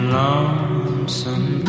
lonesome